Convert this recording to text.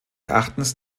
erachtens